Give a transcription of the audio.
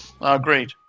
agreed